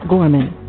Gorman